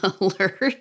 alert